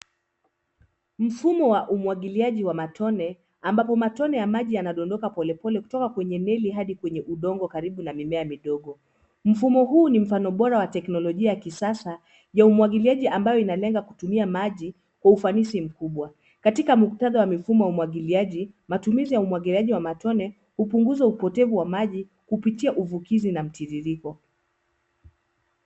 Mfumo wa umwagiliaji wa matone ambapo matone ya maji yanadondoka polepole kutoka kwenye meli hadi kwenye udongo karibu na mimea midogo. Mfumo huu ni mfano bora ya teknolojia ya kisasa ya umwagiliaji ambayo inalenga kutumia maji kwa ufanisi mkubwa. Katika muktadha wa mifumo wa umwagiliaji, matumizi ya umwagiliaji wa matone hupunguza upotevu wa maji kupitia uvukizi na mtiririko.